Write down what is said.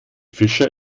fischer